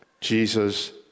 Jesus